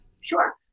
Sure